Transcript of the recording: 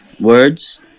words